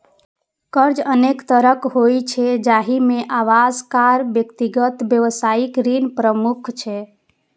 कर्ज अनेक तरहक होइ छै, जाहि मे आवास, कार, व्यक्तिगत, व्यावसायिक ऋण प्रमुख छै